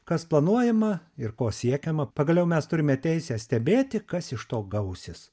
kas planuojama ir ko siekiama pagaliau mes turime teisę stebėti kas iš to gausis